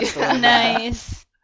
nice